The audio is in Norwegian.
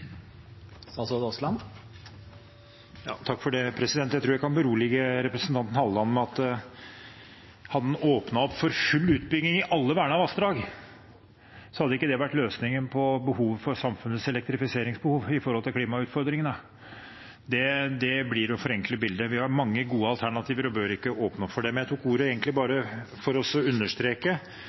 at hadde han åpnet opp for full utbygging i alle vernede vassdrag, hadde ikke det vært løsningen på samfunnets elektrifiseringsbehov sett opp mot klimautfordringene. Det blir å forenkle bildet. Vi har mange gode alternativer og bør ikke åpne opp for det. Jeg tok ordet bare for å understreke,